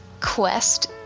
quest